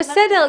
זה בסדר.